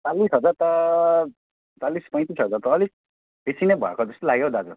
चालिस हजार त चालिस पैँतिस हजार त अलिक बेसी नै भएको जस्तो लाग्यो हौ दाजु